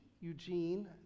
Eugene